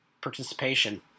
participation